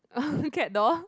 cat doll